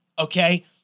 Okay